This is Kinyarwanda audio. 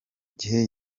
gihe